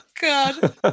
God